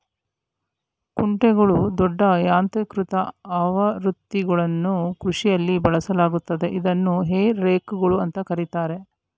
ಕುಂಟೆಗಳ ದೊಡ್ಡ ಯಾಂತ್ರೀಕೃತ ಆವೃತ್ತಿಗಳನ್ನು ಕೃಷಿಯಲ್ಲಿ ಬಳಸಲಾಗ್ತದೆ ಇದನ್ನು ಹೇ ರೇಕ್ಗಳು ಅಂತ ಕರೀತಾರೆ